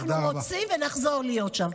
אנחנו רוצים, ונחזור להיות שם.